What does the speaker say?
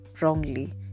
wrongly